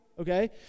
Okay